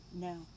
No